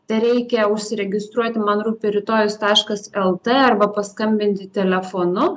tereikia užsiregistruoti man rūpi rytojus taškas el t arba paskambinti telefonu